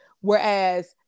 Whereas